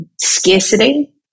scarcity